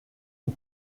une